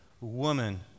woman